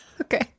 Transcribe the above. Okay